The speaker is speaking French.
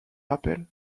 rappels